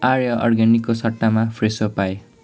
आर्य अर्ग्यानिकको सट्टामा फ्रेसो पाएँ